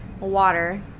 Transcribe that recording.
water